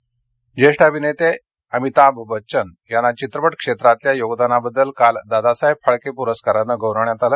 अमिताभ बच्चन ज्येष्ठ चित्रपट अभिनेते अमिताभ बच्चन यांना चित्रपट क्षेत्रातल्या योगदानाबद्दल काल दादासाहेब फाळके पुरस्कारानं गौरवण्यात आलं